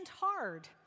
hard